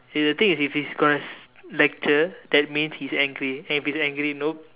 is the thing is if he is going lecture that means he is angry and if he is angry nope